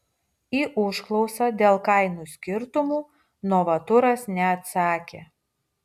į užklausą dėl kainų skirtumų novaturas neatsakė